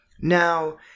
Now